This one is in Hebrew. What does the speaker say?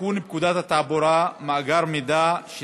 לתיקון פקודת התעבורה (מאגר מידע של